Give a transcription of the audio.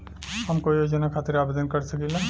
हम कोई योजना खातिर आवेदन कर सकीला?